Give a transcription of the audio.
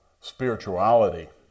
spirituality